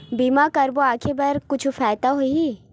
बीमा करबो आगे बर कुछु फ़ायदा होही?